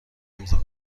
امضاء